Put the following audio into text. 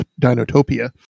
Dinotopia